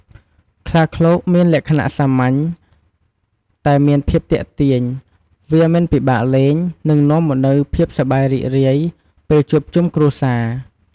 ខ្លាឃ្លោកមានលក្ខណៈសាមញ្ញ តែមានភាពទាក់ទាញវាមិនពិបាកលេង និងនាំមកនូវភាពសប្បាយរីករាយពេលជួបជំុគ្រួសារ។